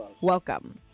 Welcome